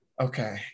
Okay